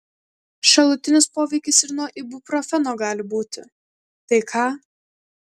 šalutinis poveikis ir nuo ibuprofeno gali būti tai ką